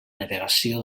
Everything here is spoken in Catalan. navegació